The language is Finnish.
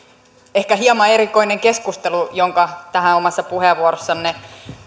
ehkä hieman erikoinen keskustelu jonka tähän omassa puheenvuorossanne